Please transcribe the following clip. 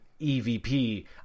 EVP